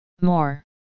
more